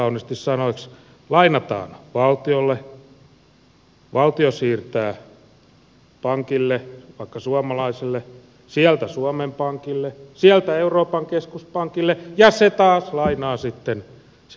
lainataan valtiolle valtio siirtää pankille vaikka suomalaiselle sieltä suomen pankille sieltä euroopan keskuspankille ja se taas lainaa sitten sinne alkuperiin